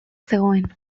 zegoen